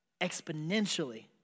exponentially